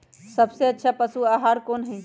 सबसे अच्छा पशु आहार कोन हई?